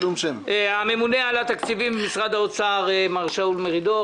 הממונה על התקציבים במשרד האוצר מר שאול מרידור.